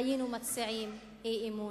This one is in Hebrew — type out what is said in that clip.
היינו מציעים אי-אמון.